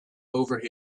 over